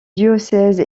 diocèse